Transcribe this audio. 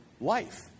life